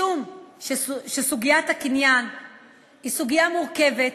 משום שסוגיית הקניין היא סוגיה מורכבת